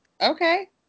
Okay